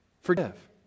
Forgive